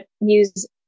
use